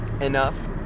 enough